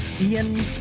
Ian